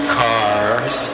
cars